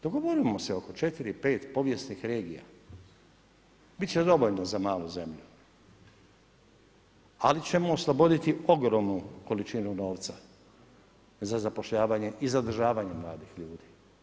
Dogovorimo se oko 4, 5 povijesnih regija, biti će dovoljno za malu zemlju ali ćemo osloboditi ogromnu količinu novca za zapošljavanje i zadržavanje mladih ljudi.